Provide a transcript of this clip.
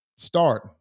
Start